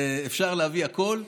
אפשר להביא הכול.